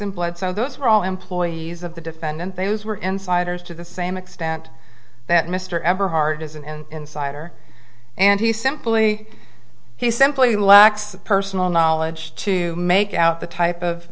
employed so those were all employees of the defendant those were insiders to the same extent that mr everhart isn't an insider and he simply he simply lacks the personal knowledge to make out the type of